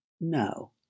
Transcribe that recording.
No